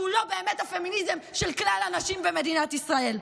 שהוא לא באמת הפמיניזם של כלל הנשים במדינת ישראל.